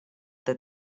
that